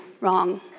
wrong